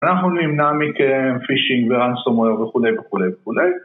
אנחנו נמנע מכם פישינג ורנסומוייר וכולי וכולי וכולי